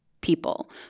people